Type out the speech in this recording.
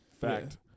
Fact